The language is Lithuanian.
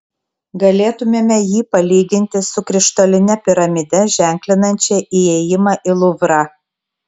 galėtumėme jį palyginti su krištoline piramide ženklinančia įėjimą į luvrą